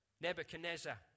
Nebuchadnezzar